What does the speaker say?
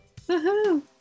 Woohoo